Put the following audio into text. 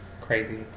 crazy